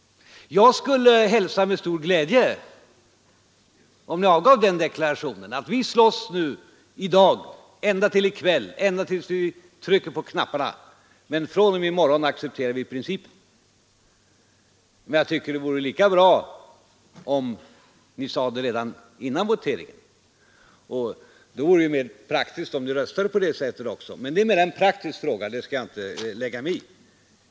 Jag skulle hälsa det med stor glädje om ni avgav den deklarationen: ”Vi slåss i dag, ända till i kväll, ända tills vi trycker på knapparna, men fr.o.m. i morgon accepterar vi principen.” Men jag tycker det vore lika bra om ni sade det redan före voteringen, och då vore det mer praktiskt om ni röstade på det sättet också. Men det är en praktisk fråga som jag inte skall lägga mig i.